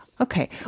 Okay